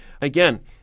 again